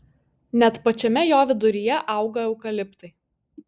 net pačiame jo viduryje auga eukaliptai